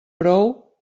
prou